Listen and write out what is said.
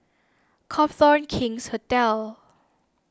Copthorne King's Hotel